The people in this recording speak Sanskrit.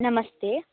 नमस्ते